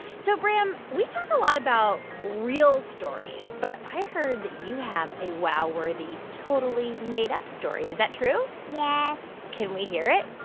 so bram, we talk a lot about real stories. stories. but i heard that you have a wow-worthy totally made-up story. is that true? yes can we hear it?